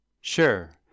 Sure